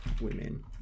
women